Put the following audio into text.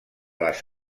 les